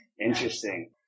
Interesting